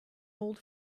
old